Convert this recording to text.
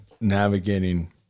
navigating